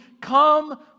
come